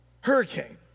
hurricane